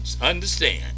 understand